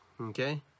okay